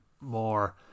more